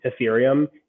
Ethereum